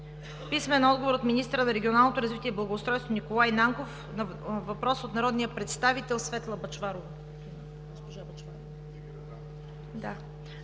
Бъчварова; - министъра на регионалното развитие и благоустройството Николай Нанков на въпрос от народния представител Светла Бъчварова;